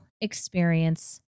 experience